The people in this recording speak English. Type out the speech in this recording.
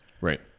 Right